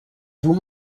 vous